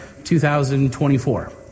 2024